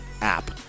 app